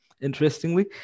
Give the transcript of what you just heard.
interestingly